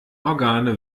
organe